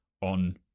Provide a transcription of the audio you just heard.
on